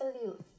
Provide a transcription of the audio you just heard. salute